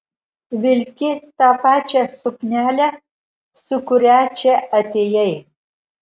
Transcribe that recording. vilki tą pačią suknelę su kuria čia atėjai